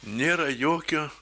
nėra jokio